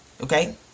Okay